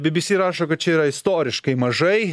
bbc rašo kad čia yra istoriškai mažai